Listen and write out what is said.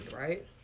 right